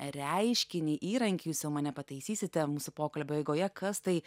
reiškinį įrankį jūs jau mane pataisysite mūsų pokalbio eigoje kas tai